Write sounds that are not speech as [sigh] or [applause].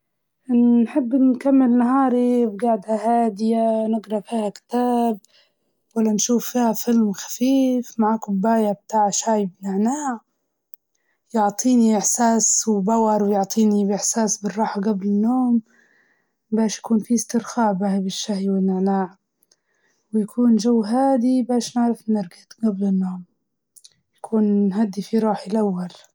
[hesitation] ننهي يومي بقراءة كتاب خفيف، و نشوف مسلسل، وانا متغطية في بطانية مريحة.